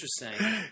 interesting